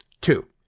Two